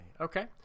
Okay